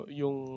yung